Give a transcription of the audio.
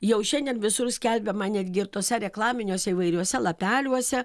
jau šiandien visur skelbiama netgi ir tuose reklaminiuose įvairiuose lapeliuose